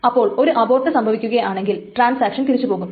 അപ്പോൾ ഒരു അബോർട്ട് സംഭവിക്കുകയാണെങ്കിൽ ട്രാൻസാക്ഷൻ തിരിച്ചു പോകും